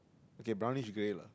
okay brownish grey lah